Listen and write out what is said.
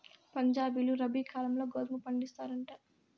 పంజాబీలు రబీ కాలంల గోధుమ పండిస్తారంట